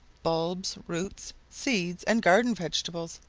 bulbs, roots, seeds and garden vegetables.